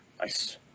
Nice